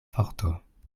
forto